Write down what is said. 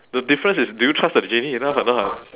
the difference is do you trust the genie enough or not